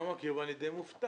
אני לא מכיר ואני די מופתע.